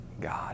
God